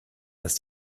dass